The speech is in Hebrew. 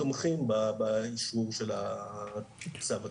מאוד תומכים באשרור של הצו הזה.